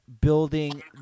building